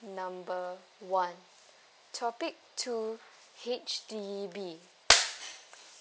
number one topic two H_D_B